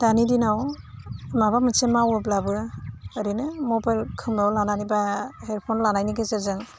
दानि दिनाव माबा मोनसे मावोब्लाबो ओरैनो मबाइल खोमायाव लानानै बा हेदफन लानायनि गेजेरजों